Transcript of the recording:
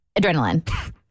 adrenaline